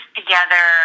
together